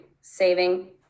saving